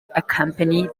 accompany